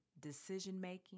decision-making